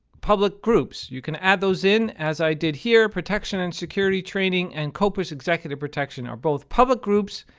public groups. you can add those in, as i did here. protection and security training and kopis executive protection are both public groups,